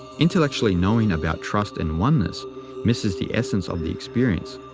intellectually knowing about trust and oneness misses the essence of the experience,